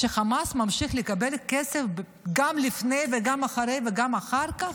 כשחמאס ממשיך לקבל כסף גם לפני וגם אחרי וגם אחר כך?